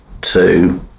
two